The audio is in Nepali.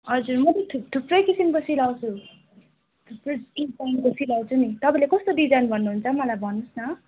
हजुर म चाहिँ थुप थुपै किसिमको सिलाउँछु थुप्रै सिलाउँछु नि तपाईँले कस्तो डिजाइन भन्नुहुन्छ मलाई भन्नुहोस् न